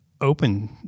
open